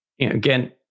again